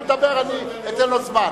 הזמן שאתם תפסיקו לדבר, אני אתן לו זמן.